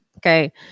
Okay